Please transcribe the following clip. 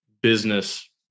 business